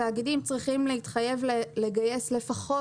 התאגידים צריכים להתחייב לגייס לפחות,